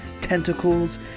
tentacles